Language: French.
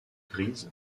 grises